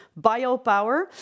biopower